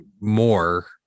more